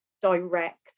direct